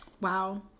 Wow